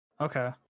Okay